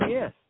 Yes